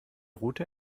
route